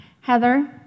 Heather